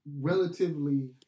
relatively